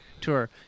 Tour